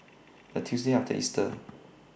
The Tuesday after Easter